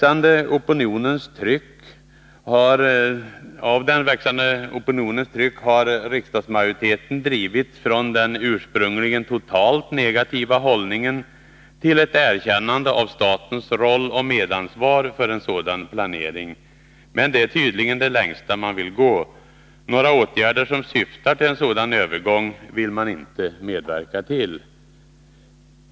Av den växande opinionens tryck har riksdagsmajoriteten drivits från den ursprungligen totalt negativa hållningen till ett erkännande av statens roll och medansvar för en sådan planering. Men det är tydligen det längsta man vill gå. Några åtgärder som syftar till en sådan övergång vill man inte medverka till.